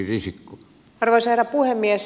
arvoisa herra puhemies